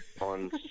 on